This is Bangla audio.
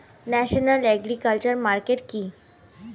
ন্যাশনাল এগ্রিকালচার মার্কেট কি?